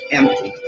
empty